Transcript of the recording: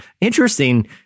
interesting